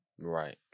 Right